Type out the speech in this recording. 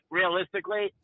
realistically